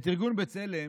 את ארגון בצלם